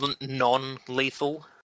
non-lethal